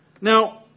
Now